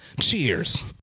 Cheers